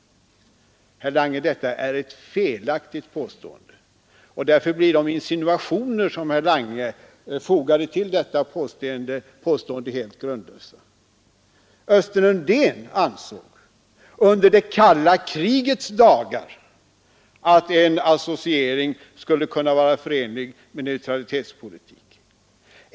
Herr Lange, detta är ett felaktigt påstående. Därför blir de insinuationer som herr Lange fogade till detta påstående helt grundlösa. Östen Undén ansåg, under det kalla krigets dagar, att en associering skulle kunna vara förenlig med neutralitetspolitik.